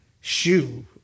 Shoe